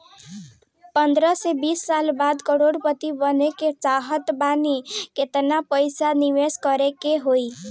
पंद्रह से बीस साल बाद करोड़ पति बने के चाहता बानी केतना पइसा निवेस करे के होई?